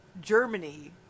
Germany